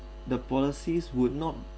the policies would not